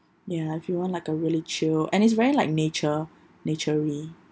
ya if you want like a really chilled and it's very like nature naturey